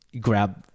grab